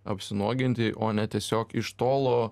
apsinuoginti o ne tiesiog iš tolo